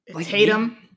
Tatum